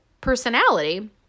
personality